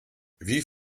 wie